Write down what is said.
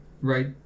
right